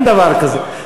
אין דבר כזה.